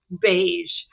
beige